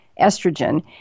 estrogen